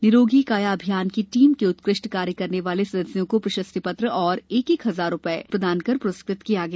निरोगी काया अभियान की टीम के उत्कृष्ट कार्य करने वाले सदस्यों को प्रशस्ति पत्र तथा एक एक हजार नगद रूपए प्रदान कर पुरस्कृत किया गया